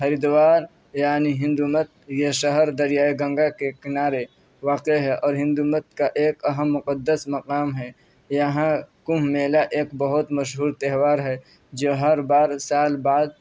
ہری دوار یعنی ہندو مت یہ شہر دریائے گنگا کے کنارے واقع ہے اور ہندومت کا ایک اہم مقدس مقام ہے یہاں کمبھ میلا ایک بہت مشہور تہوار ہے جو ہر بار سال بعد